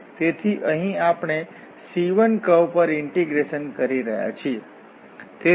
તેથી અહીં આપણે C1 કર્વ ઉપર ઇન્ટીગ્રેશન કરી રહ્યા છીએ